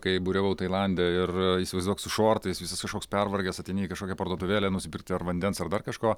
kai buriavau tailande ir įsivaizduok su šortais visas kažkoks pervargęs ateini į kažkokią parduotuvėlę nusipirkti ar vandens ar dar kažko